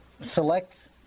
select